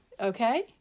okay